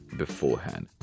beforehand